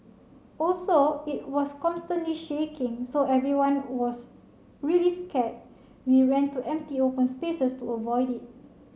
also it was constantly shaking so everyone was really scared we ran to empty open spaces to avoid it